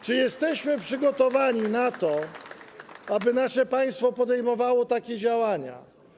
Czy jesteśmy przygotowani na to, aby nasze państwo podejmowało takie działania?